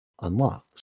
unlocks